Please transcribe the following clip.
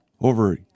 over